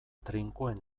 trinkoen